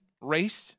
race